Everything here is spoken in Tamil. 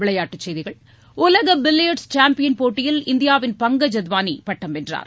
விளையாட்டுச் செய்திகள் உலக பில்லியர்ட்ஸ் சேம்பியன் போட்டியில் இந்தியாவின் பங்கஜ் அத்வானி பட்டம் வென்றார்